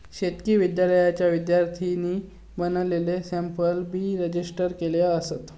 शेतकी विद्यालयाच्या विद्यार्थ्यांनी बनवलेले सॅम्पल बी रजिस्टर केलेले असतत